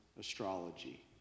astrology